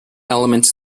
elements